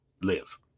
live